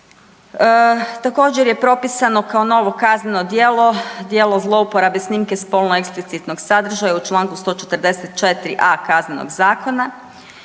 Također je propisano kao novo kazneno djelo, djelo zlouporabe snimke spolno eksplicitnog sadržaja u čl. 144.a KZ-a